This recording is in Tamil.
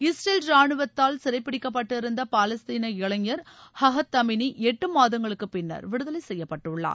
இஸ்ரேல் ராணுவத்தால் சிறைபிடிக்கப்பட்டிருந்த பாலஸ்தீன இளைஞர் அஹத் தமினி எட்டு மாதங்களுக்குப் பின்னர் விடுதலை செய்யப்பட்டுள்ளார்